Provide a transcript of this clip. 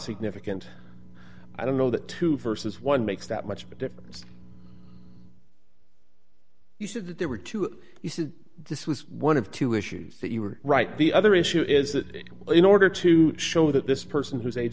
significant i don't know that two vs one makes that much of a difference you said that there were two you said this was one of two issues that you were right the other issue is that in order to show that this person who's